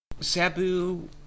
Sabu